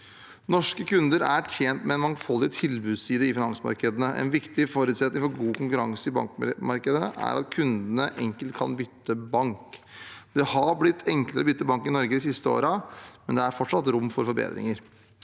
Norske kunder er tjent med en mangfoldig tilbudsside i finansmarkedene. En viktig forutsetning for god konkurranse i bankmarkedet er at kundene enkelt kan bytte bank. Det har blitt enklere å bytte bank i Norge de siste årene, men det er fortsatt rom for forbedringer.